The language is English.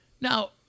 Now